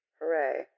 Hooray